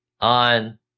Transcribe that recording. on